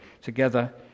together